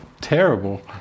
terrible